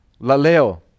laleo